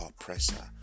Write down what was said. oppressor